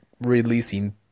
releasing